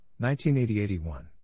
1980-81